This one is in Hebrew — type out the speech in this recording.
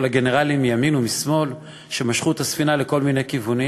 כל הגנרלים מימין ומשמאל שמשכו את הספינה לכל מיני כיוונים,